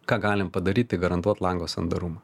ką galim padaryt tai garantuot lango sandarumą